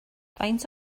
faint